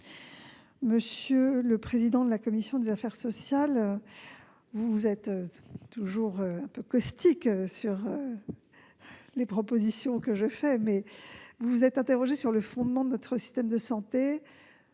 Monsieur le président de la commission des affaires sociales, vous vous montrez toujours quelque peu caustique sur mes propositions ... Vous vous êtes interrogé sur le fondement de notre système de santé.